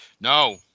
No